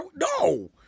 No